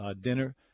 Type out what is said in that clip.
dinner